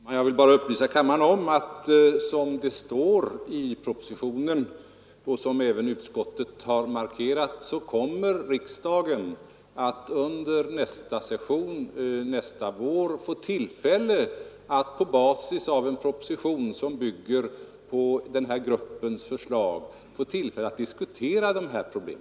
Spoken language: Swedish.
Herr talman! Jag vill bara upplysa kammaren om att såsom det står i propositionen och som även utskottet har markerat kommer riksdagen under nästa vår att på basis av en proposition som bygger på gruppens förslag få tillfälle att diskutera dessa problem.